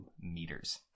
meters